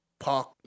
Park